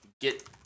get